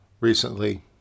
recently